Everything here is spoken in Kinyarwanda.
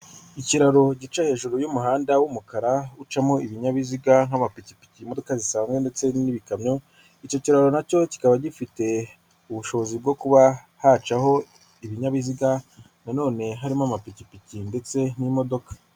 Ikiraro gica hejuru y'umuhanda w'umukara ucamo ibinyabiziga nk'amapikipiki, imodoka zisanzwe ndetse n'ibikamyo, icyo kiraro nacyo kikaba gifite ubushobozi bwo kuba hacaho ibinyabiziga nanone harimo amapikipiki ndetse n'imodoka.